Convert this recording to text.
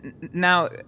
now